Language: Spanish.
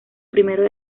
primeros